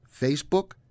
Facebook